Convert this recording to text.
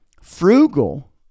frugal